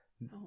No